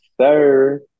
sir